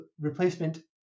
replacement